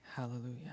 Hallelujah